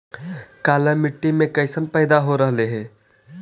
काला मिट्टी मे कैसन पैदा हो रहले है?